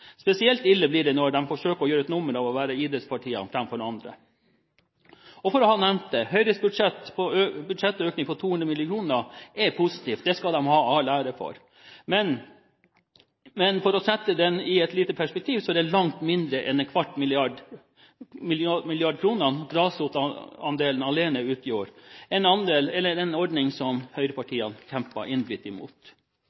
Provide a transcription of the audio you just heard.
Spesielt ille blir det når de forsøker å gjøre et nummer av å være idrettspartiene fremfor andre. For å ha nevnt det: Høyres budsjettøkning på 200 mill. kr er positiv, det skal de ha all ære for, men – for å sette den litt i perspektiv – det er langt mindre enn en kvart milliard kroner som grasrotandelen alene utgjorde, en ordning høyrepartiene kjempet innbitt imot. Samtidig registrerer vi at Fremskrittspartiet ønsker å oppheve spillmonopolet til Norsk Tipping, til fordel for utenlandske spillselskap som